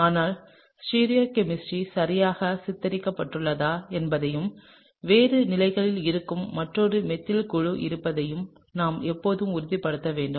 ஆனால் stereo chemistry சரியாக சித்தரிக்கப்பட்டுள்ளதா என்பதையும் வேறு நிலையில் இருக்கும் மற்றொரு மெத்தில் குழு இருப்பதையும் நாம் எப்போதும் உறுதிப்படுத்த வேண்டும்